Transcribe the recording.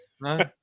No